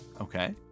Okay